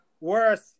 worse